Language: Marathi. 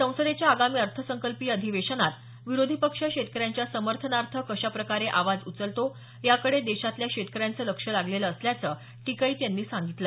संसदेच्या आगामी अर्थसंकल्पीय अधिवेशनात विरोधी पक्ष शेतकऱ्यांच्या समर्थनार्थ कशाप्रकारे आवाज उचलतो याकडे देशातल्या शेतकऱ्यांचं लक्ष लागलेलं असल्याचं टिकैत यांनी सांगितलं